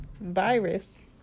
virus